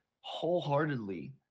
wholeheartedly